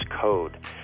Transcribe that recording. code